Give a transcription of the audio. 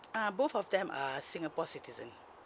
ah both of them are singapore citizen